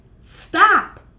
Stop